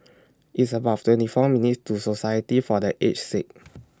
It's about twenty four minutes' to Society For The Aged Sick